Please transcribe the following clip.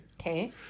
Okay